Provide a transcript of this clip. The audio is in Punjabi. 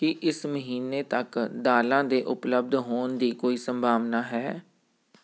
ਕੀ ਇਸ ਮਹੀਨੇ ਤੱਕ ਦਾਲਾਂ ਦੇ ਉਪਲਬਧ ਹੋਣ ਦੀ ਕੋਈ ਸੰਭਾਵਨਾ ਹੈ